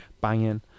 Banging